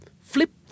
Flip